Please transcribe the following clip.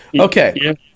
Okay